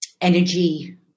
energy